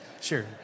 sure